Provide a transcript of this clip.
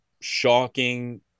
shocking